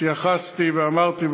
התייחסתי ואמרתי,